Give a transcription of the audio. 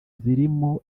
zirimo